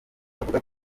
bavuga